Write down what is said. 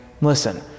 listen